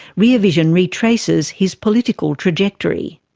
rear vision retraces his political trajectory.